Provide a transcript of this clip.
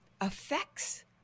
affects